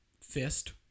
Fist